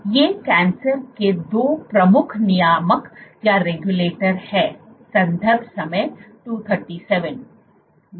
ये कैंसर के 2 प्रमुख नियामक हैं संदर्भ समय 0237